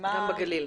גם הגליל.